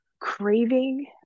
craving